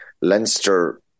Leinster